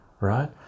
right